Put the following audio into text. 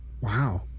Wow